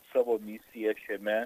savo misiją šiame